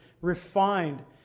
refined